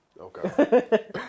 Okay